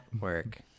work